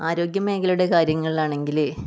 ആരോഗ്യമേഖലയുടെ കാര്യങ്ങളിൽ ആണെങ്കിൽ